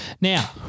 Now